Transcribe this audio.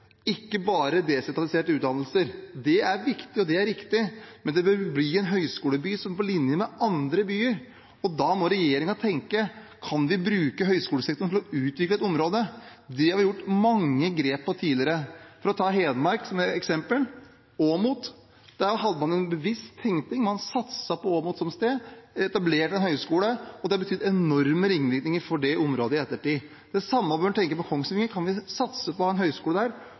ikke bare desentraliserte utdannelser. Det er viktig, og det er riktig, men det bør bli en høyskoleby på linje med andre byer. Da må regjeringen tenke: Kan vi bruke høyskolesektoren for å utvikle et område? Det har vi gjort mange grep for tidligere. La oss ta Hedmark som eksempel. For Åmot hadde man en bevisst tenkning. Man satset på Åmot som sted, etablerte en høyskole, og det har betydd enorme ringvirkninger for det området i ettertid. Det samme bør en tenke på Kongsvinger: Kan vi satse på en høyskole der, for det første for å ha en god høyskole